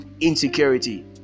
insecurity